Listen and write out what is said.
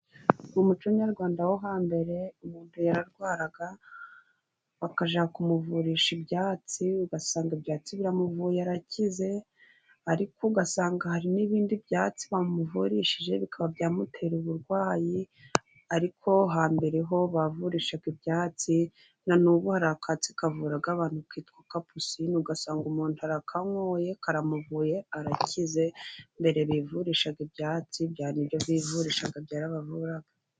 Mu muco nyarwanda wo hambere, umuntu yararwaraga bakajya ku muvurisha ibyatsi, ugasanga ibyatsi biramuvuye yarakize, ariko ugasanga hari n'ibindi byatsi bamuvurishije bikaba byamutera uburwayi, ariko hambere ho bavurishaga ibyatsi, na n'ubu hari akatsi kavura kitwa kapusinine, ugasanga umuntu arakanyoye karamuvuye arakize, mbere bivurishaga ibyatsi ibyo bivurishaga byarabavuraga.